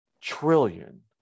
trillion